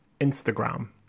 Instagram